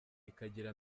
ikagira